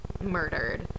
murdered